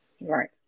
right